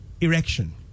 erection